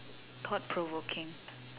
caught provoking